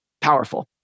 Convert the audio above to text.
powerful